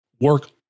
work